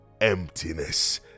emptiness